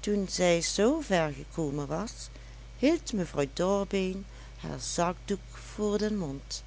toen zij zoover gekomen was hield mevrouw dorbeen haar zakdoek voor den mond